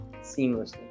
seamlessly